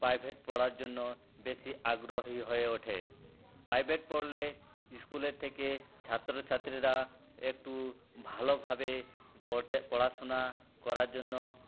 private পড়ার জন্য বেশি আগ্রহী হয়ে ওঠে প্রাইভেট পড়লে ইস্কুলের থেকে ছাত্র ছাত্রীরা একটু ভালোভাবে পড়তে পড়াশোনা করার জন্য